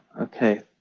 Okay